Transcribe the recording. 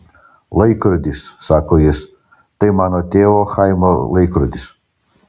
laikrodis sako jis tai mano tėvo chaimo laikrodis